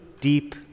deep